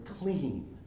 clean